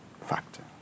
factor